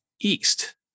east